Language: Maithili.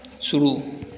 शुरू